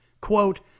quote